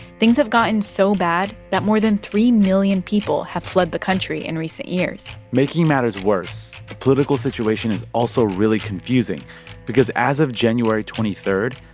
things have gotten so bad that more than three million people have fled the country in recent years making matters worse, the political situation is also really confusing because as of january twenty three,